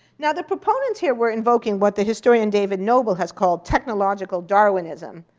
now, the proponents here were invoking what the historian david noble has called technological darwinism,